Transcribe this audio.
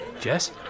Jess